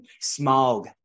Smog